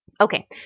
Okay